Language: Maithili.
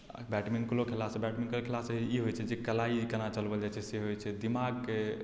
बैडमिंटनो खेलाइसँ बैडमिंटन खेलाइसँ ई होइत छै जे कलाई केना चलाओल जाइत छै से होइत छै दिमागके